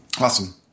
Awesome